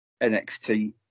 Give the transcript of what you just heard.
NXT